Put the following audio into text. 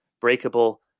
breakable